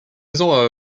maison